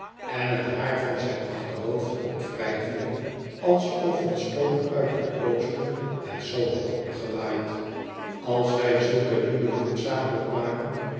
en het haar van zijn achterhoofd opwrijvende alsof een storm uit het oosten het zoo had opgewaaid als wij zulke lieden noodzakelijk maken